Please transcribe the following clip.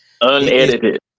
Unedited